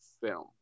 film